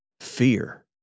fear